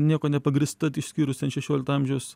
niekuo nepagrįsta išskyrus ten šešiolikto amžiaus